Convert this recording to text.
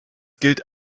gilt